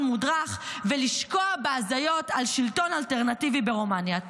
מודרך ולשקוע בהזיות על שלטון אלטרנטיבי ברומניה.